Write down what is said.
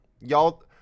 Y'all